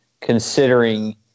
considering